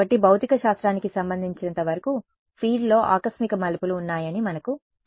కాబట్టి భౌతిక శాస్త్రానికి సంబంధించినంత వరకు ఫీల్డ్లో ఆకస్మిక మలుపులు ఉన్నాయని మనకు తెలుసు